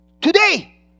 today